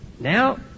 Now